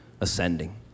ascending